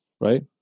Right